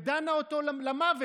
היא דנה אותו למוות.